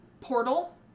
Portal